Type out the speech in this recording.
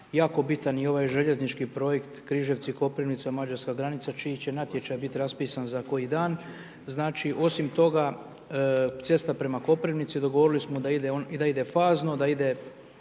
jako bitan i ovaj željeznički projekt, Križevci-Koprivnica, mađarska granica čiji će natječaj biti raspisan za koji dan. Znači osim toga cesta prema Koprivnici, dogovorili smo da ide fazno, da se